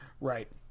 Right